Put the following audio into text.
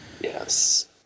Yes